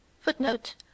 Footnote